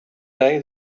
day